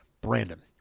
Brandon